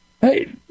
Hey